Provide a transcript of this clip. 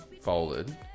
folded